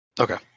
Okay